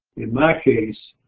in my case,